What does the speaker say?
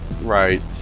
Right